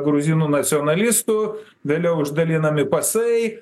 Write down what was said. gruzinų nacionalistų vėliau išdalinami pasai